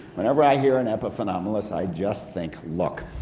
whenever i hear an epiphenomenalist, i just think look,